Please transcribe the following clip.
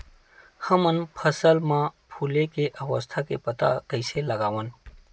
हमन फसल मा फुले के अवस्था के पता कइसे लगावन?